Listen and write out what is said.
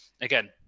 again